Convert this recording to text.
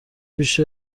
پیش